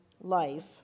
life